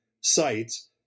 sites